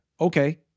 Okay